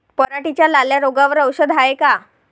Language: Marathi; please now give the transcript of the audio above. पराटीच्या लाल्या रोगावर औषध हाये का?